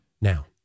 Now